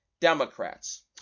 Democrats